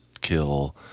kill